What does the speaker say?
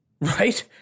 right